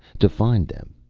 to find them.